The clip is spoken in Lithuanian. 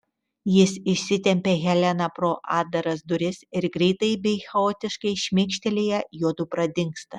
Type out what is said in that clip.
jis išsitempia heleną pro atdaras duris ir greitai bei chaotiškai šmėkštelėję juodu pradingsta